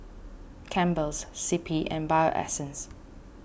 Campbell's C P and Bio Essence